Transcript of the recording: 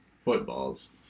footballs